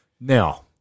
Now